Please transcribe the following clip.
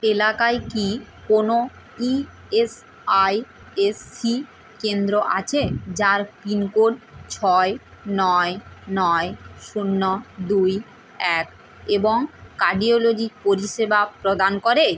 এলাকায় কি কোনো E S I S C কেন্দ্র আছে যার পিনকোড ছয় নয় নয় শূন্য দুই এক এবং কার্ডিওলজি পরিষেবা প্রদান করে